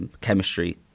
chemistry